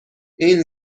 این